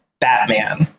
Batman